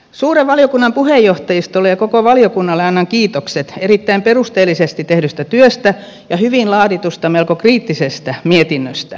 suuren valiokunnan puheenjohtajistolle ja koko valiokunnalle annan kiitokset erittäin perusteellisesti tehdystä työstä ja hyvin laaditusta melko kriittisestä mietinnöstä